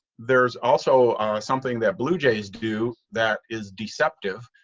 there's also something that blue jays do that is deceptive,